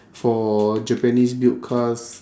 for japanese built cars